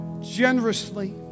generously